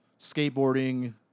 skateboarding